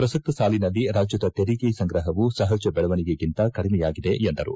ಪ್ರಸಕ್ತ ಸಾಲಿನಲ್ಲಿ ರಾಜ್ಯದ ಕೆರಿಗೆ ಸಂಗ್ರಹವು ಸಹಜ ಬೆಳವಣಿಗೆಗಿಂತ ಕಡಿಮೆಯಾಗಿದೆ ಎಂದರು